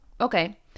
Okay